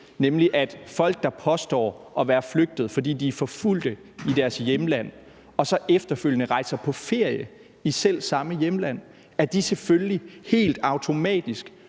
til at folk, der påstår at være flygtet, fordi de er forfulgte i deres hjemland, og så efterfølgende rejser på ferie i selv samme hjemland, selvfølgelig helt automatisk